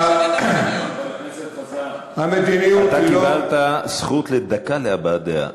חבר הכנסת חזן, אתה קיבלת זכות לדקה להבעת דעה.